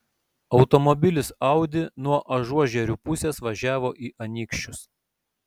automobilis audi nuo ažuožerių pusės važiavo į anykščius